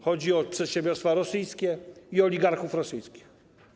Chodzi o przedsiębiorstwa rosyjskie i oligarchów rosyjskich.